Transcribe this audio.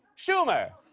schumer,